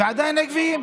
ועדיין עקביים.